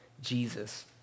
Jesus